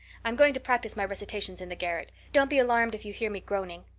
i'm going to practice my recitations in the garret. don't be alarmed if you hear me groaning.